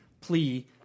plea